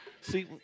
See